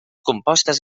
compostes